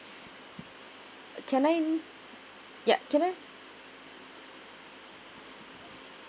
can I yup can I